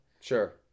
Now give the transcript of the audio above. Sure